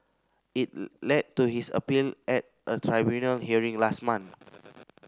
it led to his appeal at a tribunal hearing last month